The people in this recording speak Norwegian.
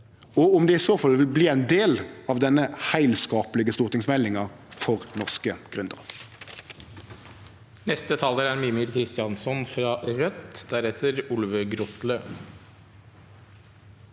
og om han i så fall vil verte ein del av denne heilskaplege stortingsmeldinga for norske gründerar.